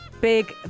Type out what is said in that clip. Big